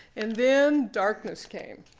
and then darkness came.